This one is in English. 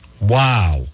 Wow